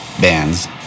bands